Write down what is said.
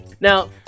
Now